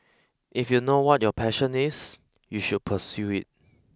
if you know what your passion is you should pursue it